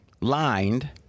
lined